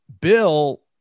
Bill